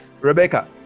Rebecca